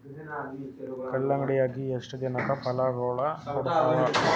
ಕಲ್ಲಂಗಡಿ ಅಗಿ ಎಷ್ಟ ದಿನಕ ಫಲಾಗೋಳ ಕೊಡತಾವ?